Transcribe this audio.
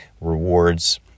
rewards